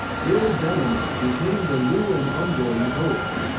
bill bellamy became the new and ongoing host.